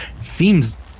seems